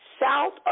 South